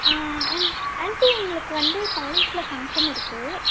ஆண் ஆன்ட்டி எங்களுக்கு வந்து காலேஜில் ஃபங்க்ஷன் இருக்குது